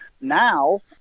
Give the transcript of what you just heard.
now